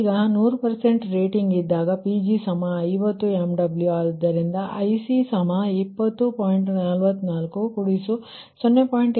ಈಗ 100 ರೇಟಿಂಗ್ ಇದ್ದಾಗ Pg50 MW ಆದುದ್ದದರಿಂದ IC 20